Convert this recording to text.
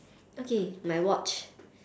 okay my watch